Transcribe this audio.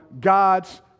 God's